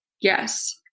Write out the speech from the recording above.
Yes